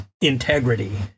integrity